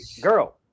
girl